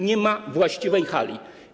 nie ma właściwej hali.